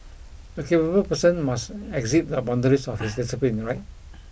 a capable person must exceed the boundaries of his discipline right